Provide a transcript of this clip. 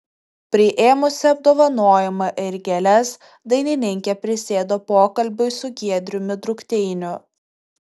priėmusi apdovanojimą ir gėles dainininkė prisėdo pokalbiui su giedriumi drukteiniu